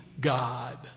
God